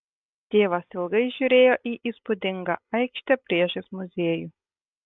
tėvas ilgai žiūrėjo į įspūdingą aikštę priešais muziejų